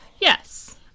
Yes